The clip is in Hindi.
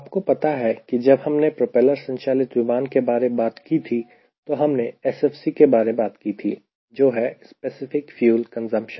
आपको पता है कि जब हमने प्रोपेलर संचालित विमान के बारे में बात की थी तो हमने SFC के बारे में बात की थी जो है स्पेसिफिक फ्यूल कंजप्शन